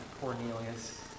Cornelius